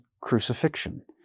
crucifixion